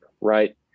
right